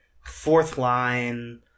fourth-line